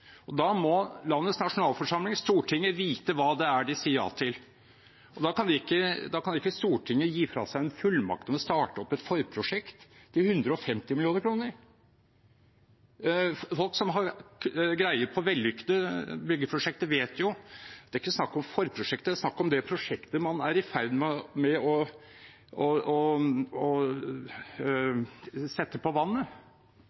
og da må landets nasjonalforsamling, Stortinget, vite hva de sier ja til. Og da kan ikke Stortinget gi fra seg en fullmakt om å starte opp et forprosjekt til 150 mill. kr. Folk som har greie på vellykkede byggeprosjekter, vet at det ikke er snakk om forprosjektet; det er snakk om det prosjektet man er i ferd med å